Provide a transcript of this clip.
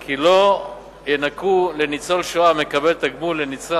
כי לא ינכו לניצול השואה המקבל תגמול לנצרך